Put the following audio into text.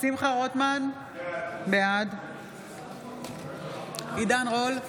שמחה רוטמן, בעד עידן רול,